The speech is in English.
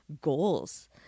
goals